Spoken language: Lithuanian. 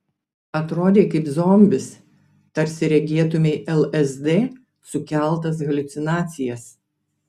atrodei kaip zombis tarsi regėtumei lsd sukeltas haliucinacijas